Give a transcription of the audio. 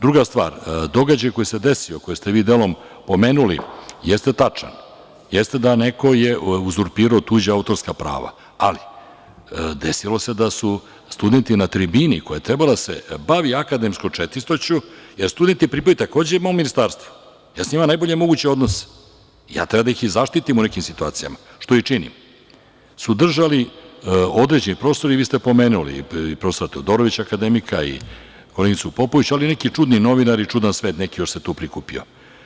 Druga stvar, događaj koji se desio, koji ste vi delom pomenuli, jeste tačan, jeste da je neko uzurpirao tuđa autorska prava, ali desilo se da su studenti na tribini koja treba da se bavi akademskom čestitošću, jer studenti pripadaju takođe mom ministarstvu, ja sa njima imam najbolji mogući odnos, treba da ih i zaštitim u nekim situacijama, što i činim, su držali određeni prostor i vi ste pomenuli profesora Todorovića, akademika, koleginicu Popović, ali neki čudni novinari, čudan svet se tu prikupio.